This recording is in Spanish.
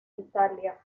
italia